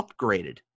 upgraded